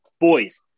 Boys